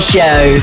Show